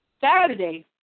Saturday